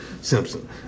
Simpson